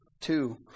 Two